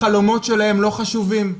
החלומות שלהם לא חשובים?